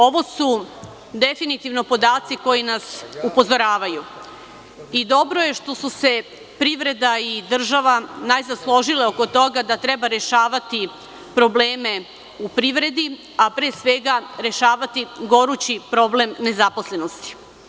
Ovo su definitivno podaci koji nas upozoravaju i dobro je što su se privreda i država najzad složile oko toga da treba rešavati probleme u privredi, a pre svega rešavati gorući problem nezaposlenosti.